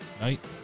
night